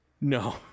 No